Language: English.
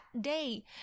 day